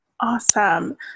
Awesome